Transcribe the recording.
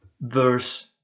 verse